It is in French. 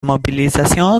mobilisation